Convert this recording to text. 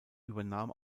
übernahm